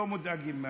לא מודאגים מהחוק.